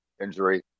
injury